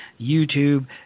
YouTube